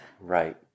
Right